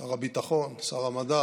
שר הביטחון, שר המדע,